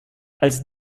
als